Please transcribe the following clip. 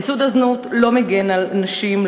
מיסוד הזנות לא מגן על נשים,